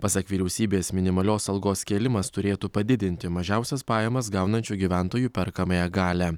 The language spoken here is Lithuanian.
pasak vyriausybės minimalios algos kėlimas turėtų padidinti mažiausias pajamas gaunančių gyventojų perkamąją galią